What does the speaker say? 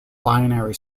binary